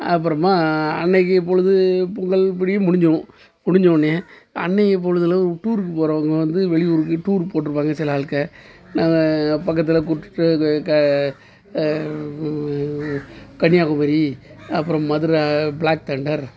அப்புறமா அன்னைக்கு பொழுது பொங்கல் இப்படி முடிஞ்சிவிடும் முடிஞ்சவோன்னே அன்றைய பொழுதுல ஒரு டூருக்கு போகறவங்க வந்து வெளியூருக்கு டூர் போட்டுருப்பாங்க சில ஆளுக்க நாங்கள் பக்கத்தில் கூப்பிட்டுட்டு கன்னியாகுமரி அப்புறம் மதுரை ப்ளாக்தண்டர்